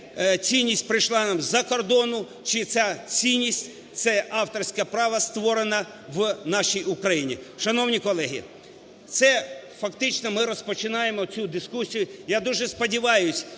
цінність прийшла до нас з-за кордону чи ця цінність – це авторське право, створене в нашій України. Шановні колеги, це фактично ми розпочинаємо цю дискусію. Я дуже сподіваюсь,